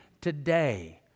Today